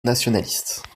nationalistes